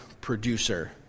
producer